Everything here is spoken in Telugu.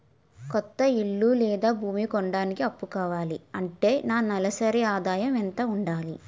కొత్త ఇల్లు లేదా భూమి కొనడానికి అప్పు కావాలి అంటే నా నెలసరి ఆదాయం ఎంత ఉండాలి?